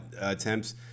attempts